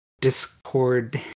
Discord